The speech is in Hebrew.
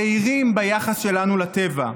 זהירים ביחס שלנו לטבע.